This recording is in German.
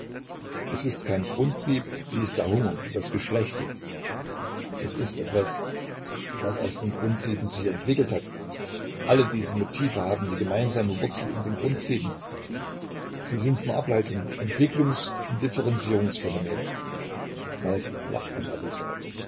es ist kein grundtrieb wie es der hunger und das geschlecht ist es ist etwas was aus den grundtrieben sich entwickelt hat alle diese motive haben die gemeinsame wurzel in den grundtrieben sie sind nur ableitungen entwicklungs und differenzierungsphänomene falk lacht nervös auf